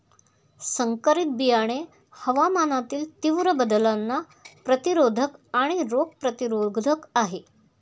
संकरित बियाणे हवामानातील तीव्र बदलांना प्रतिरोधक आणि रोग प्रतिरोधक आहेत